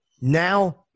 Now